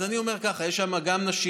אז אני אומר ככה: יש שם גם נשים,